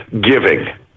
giving